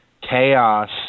chaos